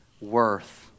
worth